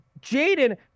Jaden